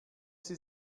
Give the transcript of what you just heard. sie